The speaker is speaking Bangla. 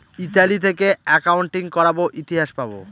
ইতালি থেকে একাউন্টিং করাবো ইতিহাস পাবো